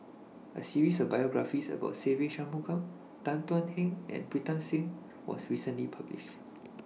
A series of biographies about Se Ve Shanmugam Tan Thuan Heng and Pritam Singh was recently published